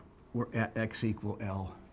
we're at x equal l.